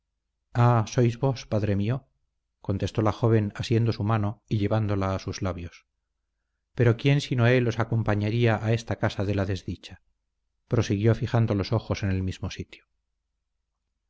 sois vos padre mío contestó la joven asiendo su mano y llevándola a sus labios pero quién sino él os acompañaría a esta casa de la desdicha prosiguió fijando los ojos en el mismo sitio